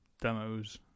demos